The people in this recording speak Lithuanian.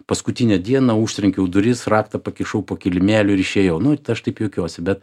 paskutinę dieną užtrenkiau duris raktą pakišau po kilimėliu ir išėjau nu aš taip juokiuosi bet